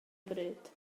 bryd